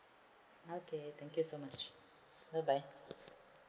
okay thank you so much bye bye